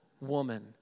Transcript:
woman